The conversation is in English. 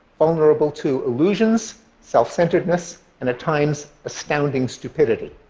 vulnerable to illusions, self-centeredness and at times astounding stupidity.